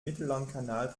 mittellandkanal